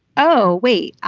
oh, wait,